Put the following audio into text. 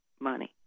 money